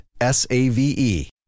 S-A-V-E